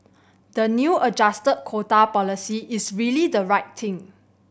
the new adjusted quota policy is really the right thing